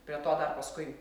prie to dar paskui